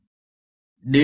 वह रूपांतरण नियम क्या है